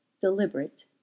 deliberate